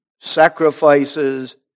Sacrifices